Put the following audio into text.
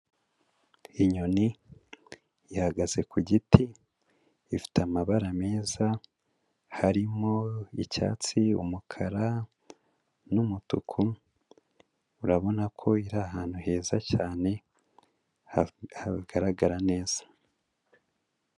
Inyoni ihagaze ku giti, ifite amabara meza, harimo icyatsi, umukara n'umutuku, urabona ko iri ahantu heza cyane, hagaragara neza.